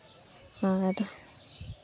ᱟᱨ